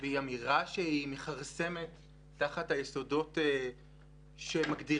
והיא אמירה שמכרסמת תחת היסודות שמגדירים